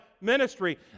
ministry